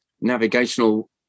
navigational